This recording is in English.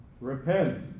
Repent